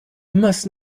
must